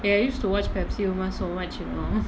eh I used to watch Pepsi uma so much you know